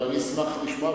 אבל אני אשמח לשמוע,